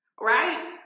right